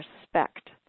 respect